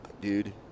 dude